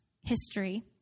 history